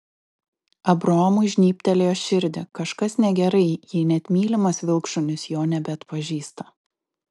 abraomui žnybtelėjo širdį kažkas negerai jei net mylimas vilkšunis jo nebeatpažįsta